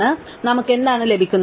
അതിനാൽ നമുക്ക് എന്താണ് ലഭിക്കുന്നത്